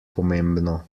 pomembno